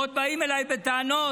ועוד באים אליי בטענות.